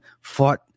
fought